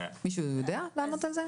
מישהו יודע לענות על זה?